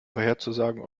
vorherzusagen